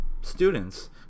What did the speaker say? students